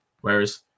Whereas